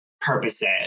purposes